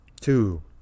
Two